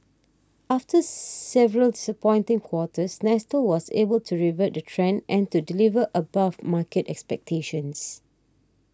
after several disappointing quarters Nestle was able to revert the trend and to deliver above market expectations